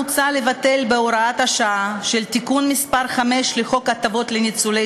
מוצע לבטל בהוראת השעה של תיקון מס' 5 לחוק הטבות לניצולי